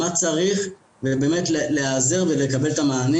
מה צריך ובאמת להיעזר ולקבל את המענים